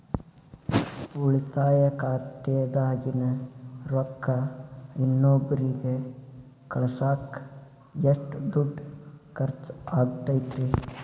ಉಳಿತಾಯ ಖಾತೆದಾಗಿನ ರೊಕ್ಕ ಇನ್ನೊಬ್ಬರಿಗ ಕಳಸಾಕ್ ಎಷ್ಟ ದುಡ್ಡು ಖರ್ಚ ಆಗ್ತೈತ್ರಿ?